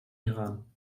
iran